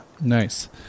nice